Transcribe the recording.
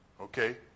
Okay